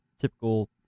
typical